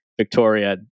Victoria